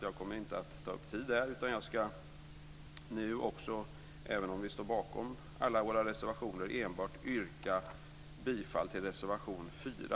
Jag kommer inte att ta upp tid här. Jag ska nu, även om vi står bakom alla våra reservationer, för vår del yrka bifall enbart till reservation 4.